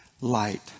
light